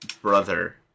brother